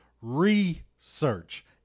research